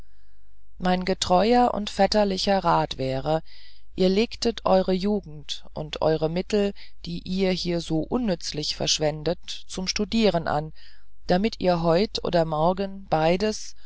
mein getreuer und vätterlicher rat wäre ihr legtet eure jugend und eure mittel die ihr hier so unnützlich verschwendet zum studieren an damit ihr heut oder morgen beides